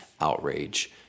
outrage